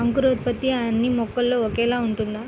అంకురోత్పత్తి అన్నీ మొక్కలో ఒకేలా ఉంటుందా?